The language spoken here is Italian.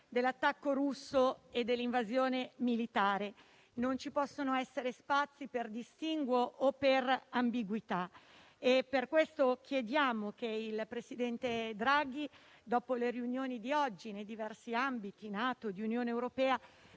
dell'attacco russo e dell'invasione militare. Non ci possono essere spazi per distinguo o per ambiguità. Per questo chiediamo che il presidente Draghi, dopo le riunioni di oggi nei diversi ambiti della NATO e dell'Unione europea,